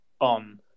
on